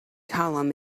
column